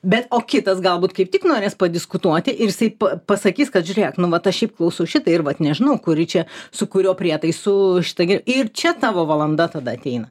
bet o kitas galbūt kaip tik norės padiskutuoti ir jisai pa pasakys kad žiūrėk nu vat aš šiaip klausiu šitai ir vat nežinau kurį čia su kuriuo prietaisu taigi ir čia tavo valanda tada ateina